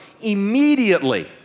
Immediately